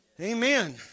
Amen